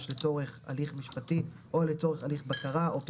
לצורך הליך משפטי או לצורך הליך בקרה או פיקוח,